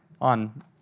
on